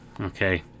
Okay